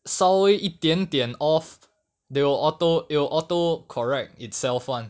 稍微一点点 off they will auto it'll auto correct itself [one]